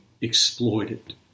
exploited